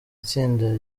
itsinda